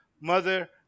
mother